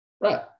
Right